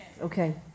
okay